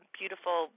beautiful